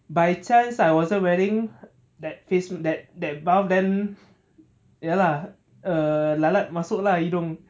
by chance I wasn't wearing that face that that mask then ya lah err lalat masuk lah hidung